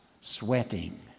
sweating